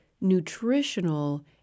nutritional